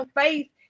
faith